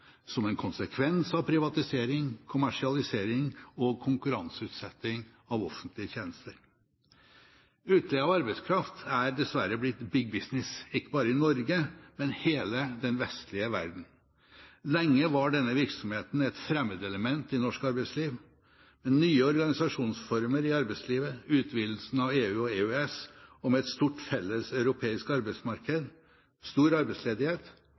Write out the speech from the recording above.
som en konsekvens av privatisering, kommersialisering og konkurranseutsetting av offentlige tjenester. Utleie av arbeidskraft er dessverre blitt «big business», ikke bare i Norge, men i hele den vestlige verden. Lenge var denne virksomheten et fremmedelement i norsk arbeidsliv. Med nye organisasjonsformer i arbeidslivet, utvidelsen av EU og EØS, og med et stort felles arbeidsmarked, stor arbeidsledighet